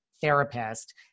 therapist